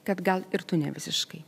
kad gal ir tu ne visiškai